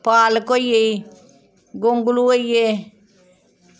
पालक होई गेई गोंगलू होई गे